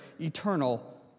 eternal